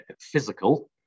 physical